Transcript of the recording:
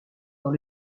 dans